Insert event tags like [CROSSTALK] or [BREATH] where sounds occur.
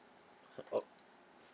[BREATH] o~